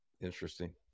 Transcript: Interesting